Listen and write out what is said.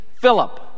Philip